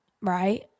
right